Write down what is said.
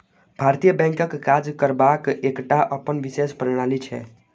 भारतीय बैंकक काज करबाक एकटा अपन विशेष प्रणाली छै